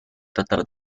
tratar